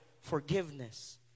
forgiveness